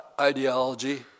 ideology